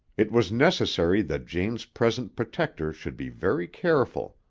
it was necessary that jane's present protector should be very careful.